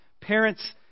parents